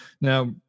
now